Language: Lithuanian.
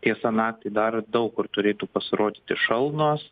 tiesa naktį dar daug kur turėtų pasirodyti šalnos